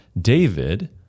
David